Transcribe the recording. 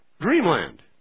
Dreamland